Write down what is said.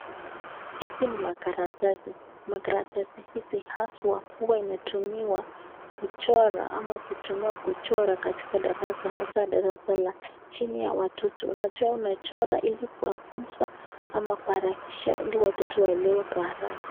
Hizi ni makaratasi. Makaratasi hizi haswa huwa inatumiwa kuchora ama kutumiwa kuchora katika darasa, hasa darasa la chini ya watoto. Unajua unachora ili kuwafunza au kuharakisha ili watoto waelewe kwa haraka.